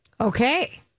Okay